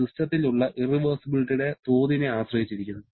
അത് സിസ്റ്റത്തിൽ ഉള്ള ഇറവെർസിബിലിറ്റിയുടെ തോതിനെ ആശ്രയിച്ചിരിക്കുന്നു